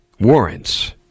warrants